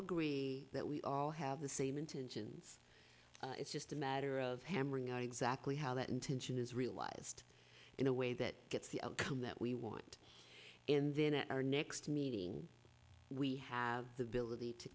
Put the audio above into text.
agree that we all have the same intentions it's just a matter of hammering out exactly how that intention is realized in a way that gets the outcome that we want in then at our next meeting we have the ability to